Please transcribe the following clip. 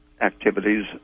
activities